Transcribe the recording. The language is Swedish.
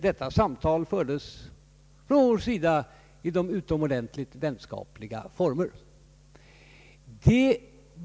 Detta samtal fördes oss emellan under utomordentligt vänskapliga former.